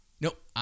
Nope